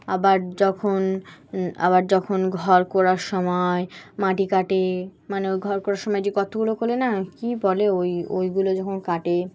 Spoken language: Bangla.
আবার যখন আবার যখন ঘর করার সময় মাটি কাটে মানে ওই ঘর করার সময় যে কথা গুলো করে না কী বলে ওই ওইগুলো যখন কাটে